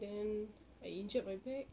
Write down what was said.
then I injured my back